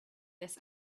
this